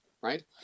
Right